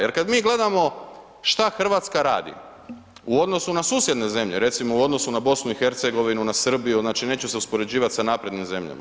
Jer kad mi gledamo šta Hrvatska radi u odnosu na susjedne zemlje, recimo u odnosu na BiH-a, na Srbiju, znači neće se uspoređivati sa naprednim zemljama.